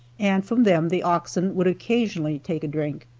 and from them the oxen would occasionally take a drink.